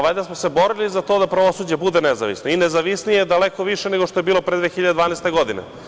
Valjda smo se borili za to da pravosuđe bude nezavisno bude nezavisno i nezavisnije daleko više nego što je bilo pre 2012. godine.